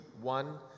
one